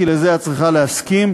כי לזה את צריכה להסכים,